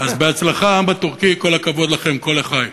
אז בהצלחה, העם הטורקי, כל הכבוד לכם, כה לחי.